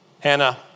Hannah